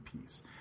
peace